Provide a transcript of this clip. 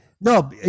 No